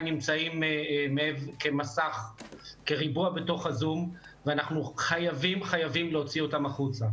נמצאים כריבוע בתוך הזום ואנחנו חייבים להוציא אותם החוצה.